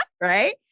right